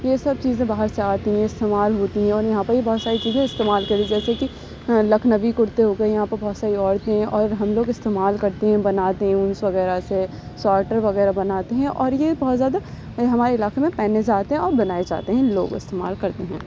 یہ سب چیزیں باہر سے آتی ہیں استعمال ہوتی ہیں اور یہاں پر بھی بہت ساری چیزیں استعمال کری جیسے کہ لکھنوی کرتے ہوگیے یہاں پر بہت ساری عورتیں اور ہم لوگ استعمال کرتے ہیں بناتے ہیں اونس وغیرہ سے سواٹر وغیرہ بناتے ہیں اور یہ بہت زیادہ ہمارے علاقے میں پہنے جاتے ہیں اور بنائے جاتے ہیں لوگ استعمال کرتے ہیں